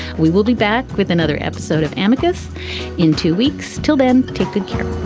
we will be back with another episode of amicus in two weeks. till then, take good care